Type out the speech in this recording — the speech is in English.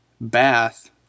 bath